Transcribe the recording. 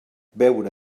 beure